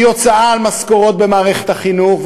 היא הוצאה על משכורות במערכת החינוך,